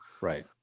Right